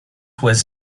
was